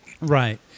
Right